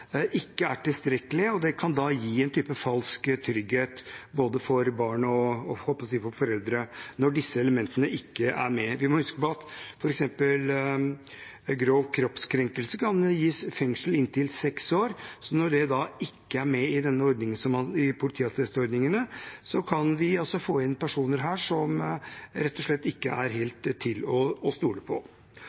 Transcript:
ikke er tilstrekkelige. Det kan gi en type falsk trygghet både for barn og for foreldre når disse elementene ikke er med. Vi må huske på at f.eks. grov kroppskrenkelse kan gi fengsel i inntil seks år, så når det ikke er med i politiattestordningene, kan vi få inn personer som rett og slett ikke er helt til å stole på.